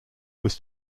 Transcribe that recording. was